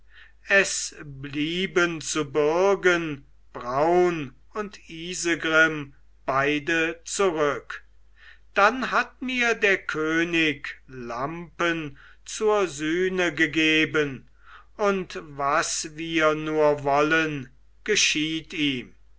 es blieben zu bürgen braun und isegrim beide zurück dann hat mir der könig lampen zur sühne gegeben und was wir nur wollen geschieht ihm